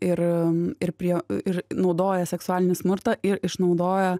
ir ir prie ir naudoja seksualinį smurtą ir išnaudoja